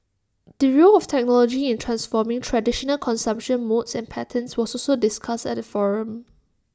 the role of technology in transforming traditional consumption modes and patterns was also discussed at the forum